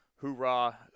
Hoorah